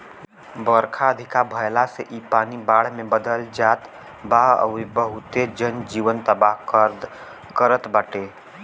बरखा अधिका भयला से इ पानी बाढ़ में बदल जात बा अउरी बहुते जन जीवन तबाह करत बाटे